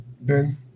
Ben